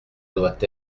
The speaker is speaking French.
doit